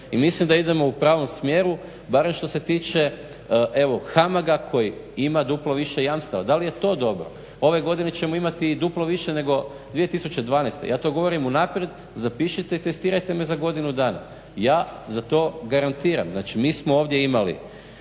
i mislim da idemo u pravom smjeru barem što se tiče evo HAMAG-a koji ima duplo više jamstava, da li je to dobro? Ove godine ćemo imati i duplo više nego 2012., ja to govorim unaprijed, zapišite i testirajte me za godinu dana. Ja za to garantiram, znači mi smo ovdje imali